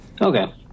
Okay